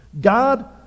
God